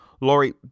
Laurie